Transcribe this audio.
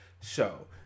show